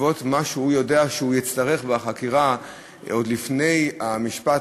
בעקבות מה שהוא יודע שהוא יצטרך לחשוף בחקירה עוד לפני המשפט.